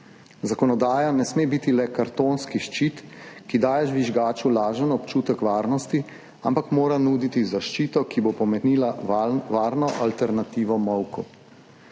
Zakonodaja ne sme biti le kartonski ščit, ki daje žvižgaču lažen občutek varnosti, ampak mora nuditi zaščito, ki bo pomenila varno alternativo molku.